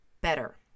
better